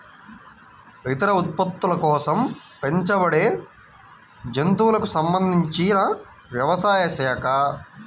ఇతర ఉత్పత్తుల కోసం పెంచబడేజంతువులకు సంబంధించినవ్యవసాయ శాఖ